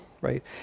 right